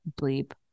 bleep